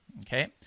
Okay